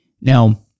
Now